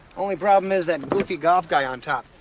only problem is that goofy golf guy on top.